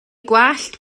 gwallt